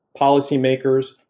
policymakers